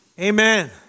Amen